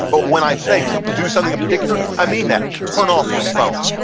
but when i say do something in particular, i mean that. turn off your phone.